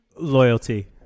Loyalty